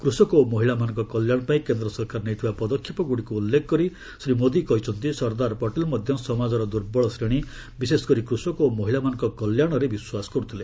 କୃଷକ ଓ ମହିଳାମାନଙ୍କ କଲ୍ୟାଣପାଇଁ କେନ୍ଦ୍ର ସରକାର ନେଇଥିବା ପଦାକ୍ଷେପଗୁଡ଼ିକୁ ଉଲ୍ଲେଖ କରି ଶ୍ରୀ ମୋଦି କହିଛନ୍ତି ସର୍ଦ୍ଦାର ପଟେଲ୍ ମଧ୍ୟ ସମାଜର ଦୁର୍ବଳ ଶ୍ରେଣୀ ବିଶେଷକରି କୃଷକ ଓ ମହିଳାମାନଙ୍କ କଲ୍ୟାଣରେ ବିଶ୍ୱାସ କର୍ତ୍ଥଲେ